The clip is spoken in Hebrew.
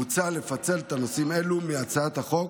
מוצע לפצל את הנושאים האלו מהצעת החוק